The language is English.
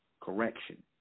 correction